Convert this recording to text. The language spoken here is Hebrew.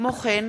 כמו כן,